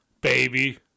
baby